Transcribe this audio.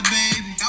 baby